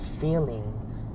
feelings